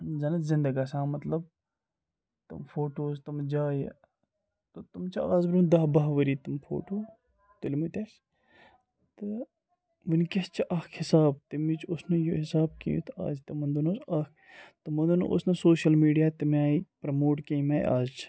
زَنہٕ زِندٕ گژھان مطلب تِم فوٹوٗز تِم جایہِ تہٕ تِم چھِ آز برونٛہہ دَہ بَہہ ؤری تٕم فوٹو تُلۍ مٕتۍ اَسہِ تہٕ وٕنکٮ۪س چھِ اَکھ حِساب تمِچ اوس نہٕ یہِ حِساب کینٛہہ یُتھ اَز تِمَن دۄہَن اوس اَکھ تِمَن دۄہَن اوس نہٕ سوشَل میٖڈیا تَمہِ آیہِ پرٛموٹ کینٛہہ ییٚمہِ آیہِ اَز چھِ